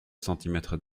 centimètres